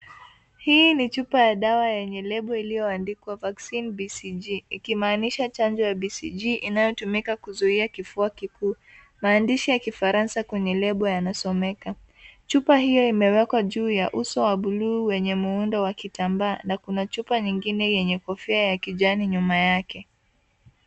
Hii ni chupa ya dawa enye lebo iliyoandikwa Vaccin BCG ikimaanisha chanjo ya BCG inayotumika kuzuia kifua kikuu. Maandishi ya kifaransa kwenye lebo yanasomeka. Chupa hiyo imewekwa juu ya uso wa buluu wenye muundo wa kitambaa na kuna chupa nyingine yenye kofia ya kijani nyuma yake.